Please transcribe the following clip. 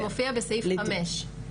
זה מופיע בסעיף (5),